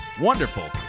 wonderful